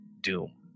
doom